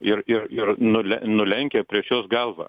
ir ir ir nule nulenkė prieš juos galvą